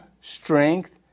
strength